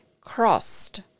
crossed